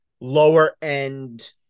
lower-end